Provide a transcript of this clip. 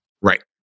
Right